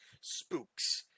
spooks